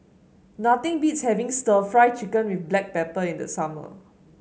nothing beats having stir Fry Chicken with Black Pepper in the summer